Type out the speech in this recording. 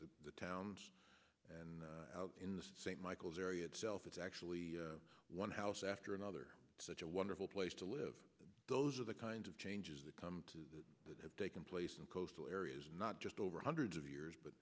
towns and out in the st michael's area itself it's actually one house after another such a wonderful place to live those are the kinds of changes that come to the taken place in coastal areas not just over hundreds of years but